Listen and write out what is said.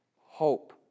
hope